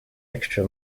extra